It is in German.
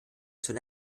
zur